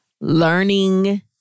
Learning